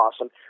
awesome